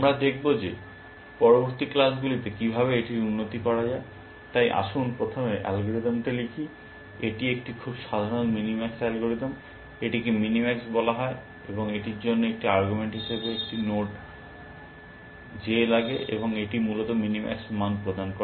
আমরা দেখব যে পরবর্তী ক্লাসগুলিতে কীভাবে এটির উন্নতি করা যায় তাই আসুন প্রথমে অ্যালগরিদমটি লিখি এটি একটি খুব সাধারণ মিনিম্যাক্স অ্যালগরিদম এটিকে মিনিম্যাক্স বলা হয় এবং এটির জন্য একটি আর্গুমেন্ট হিসাবে একটি নোড J লাগে এবং এটি মূলত মিনিম্যাক্স মান প্রদান করে